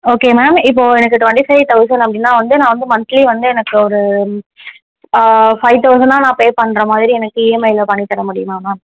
okay ma'am இப்போது எனக்கு twenty five thousand அப்படினா வந்து நான் வந்து மந்த்லி வந்து எனக்கு ஒரு ஃபைவ் தௌசண்ட் நான் பே பண்ணுற மாதிரி எனக்கு இஎம்ஐயில் பண்ணித் தர முடியுமா மேம்